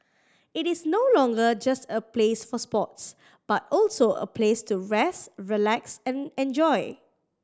it is no longer just a place for sports but also a place to rest relax and enjoy